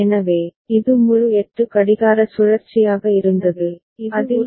எனவே இது முழு 8 கடிகார சுழற்சியாக இருந்தது அதில் இது படிக்கப்படுகிறது